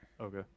okay